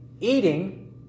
eating